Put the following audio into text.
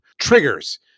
triggers